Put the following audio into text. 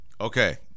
Okay